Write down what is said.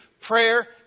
prayer